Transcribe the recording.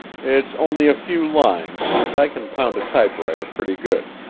it's only a few lines, and i can pound a typewriter pretty good.